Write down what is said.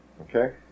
Okay